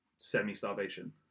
semi-starvation